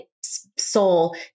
soul